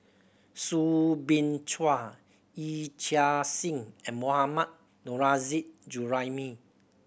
Soo Bin Chua Yee Chia Hsing and Mohammad Nurrasyid Juraimi